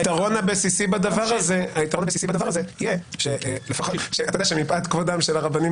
היתרון הבסיסי בדבר הזה יהיה אתה יודע שמפאת כבודם של הרבנים